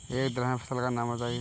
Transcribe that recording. एक दलहन फसल का नाम बताइये